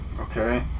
okay